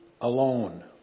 alone